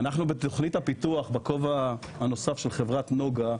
אנחנו בתוכנית הפיתוח, בכובע הנוסף של חברת נגה,